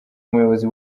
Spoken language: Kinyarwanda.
umuyobozi